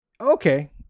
okay